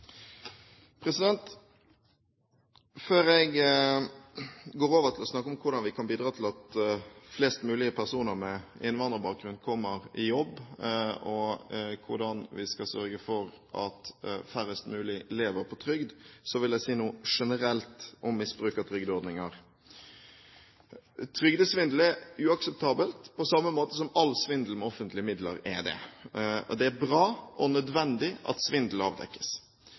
president. Representanten holdt seg godt innenfor tidsrammen, så det er utmerket. Før jeg går over til å snakke om hvordan vi kan bidra til at flest mulig personer med innvandrerbakgrunn kommer i jobb, og hvordan vi skal sørge for at færrest mulig lever på trygd, vil jeg si noe generelt om misbruk av trygdeordninger. Trygdesvindel er uakseptabelt på samme måte som all svindel med offentlige midler er det. Det er bra og nødvendig at svindel avdekkes.